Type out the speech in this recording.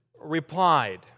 replied